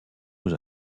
nos